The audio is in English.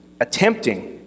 attempting